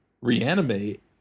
reanimate